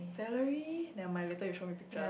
Valerie never mind later you show me picture